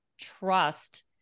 trust